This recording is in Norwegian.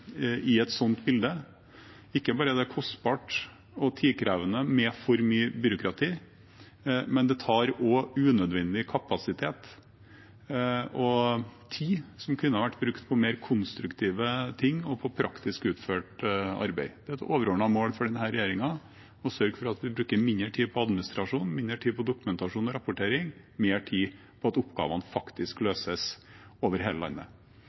et sånt bilde. Ikke bare er det kostbart og tidkrevende med for mye byråkrati, men det tar også unødvendig kapasitet og tid som kunne ha vært brukt på mer konstruktive ting og på praktisk utført arbeid. Det er et overordnet mål for denne regjeringen å sørge for at vi bruker mindre tid på administrasjon, mindre tid på dokumentasjon og rapportering, og mer tid på at oppgavene faktisk løses over hele landet.